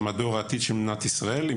ציוניים שהם דור העתיד של מדינת ישראל.